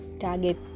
target